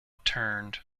turned